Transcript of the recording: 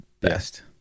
best